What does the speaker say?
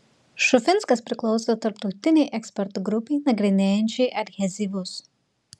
šufinskas priklauso tarptautinei ekspertų grupei nagrinėjančiai adhezyvus